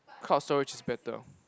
cloud storage is better